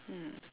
mm